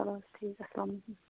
چَلو حظ ٹھیٖک اَسلامُ عَلیکُم